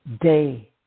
day